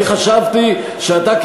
אני חשבתי שאתה,